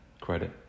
credit